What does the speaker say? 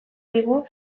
digu